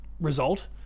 result